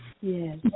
Yes